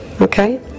okay